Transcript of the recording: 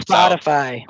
Spotify